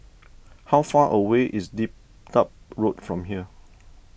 how far away is Dedap Road from here